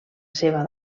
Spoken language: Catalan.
seva